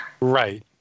right